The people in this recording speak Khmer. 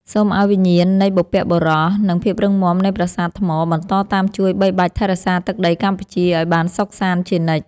សូមឱ្យវិញ្ញាណនៃបុព្វបុរស និង ភាពរឹងមាំនៃប្រាសាទថ្មបន្តតាមជួយបីបាច់ថែរក្សាទឹកដីកម្ពុជាឱ្យបានសុខសាន្តជានិច្ច។